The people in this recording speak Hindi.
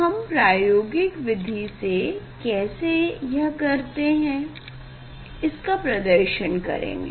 हम प्रायोगिक विधि से कैसे यह करते हैं इसका प्रदर्शन करेंगे